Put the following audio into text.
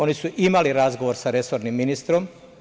Oni su imali razgovor sa resornim ministrom.